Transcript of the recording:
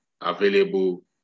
available